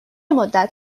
مدت